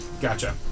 Gotcha